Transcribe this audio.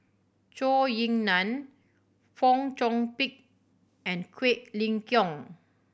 Zhou Ying Nan Fong Chong Pik and Quek Ling Kiong